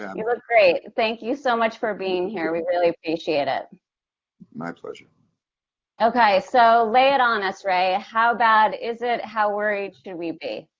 you look great. thank you so much for being here, we really appreciate it. rd my pleasure. ch ok, so lay it on us, ray, ah how bad is it, how worried should we be?